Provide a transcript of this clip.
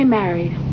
married